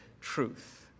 truth